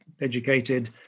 educated